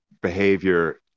behavior